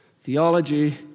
Theology